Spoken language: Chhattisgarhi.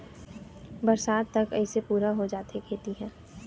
बरसात तक अइसे पुरा हो जाथे खेती ह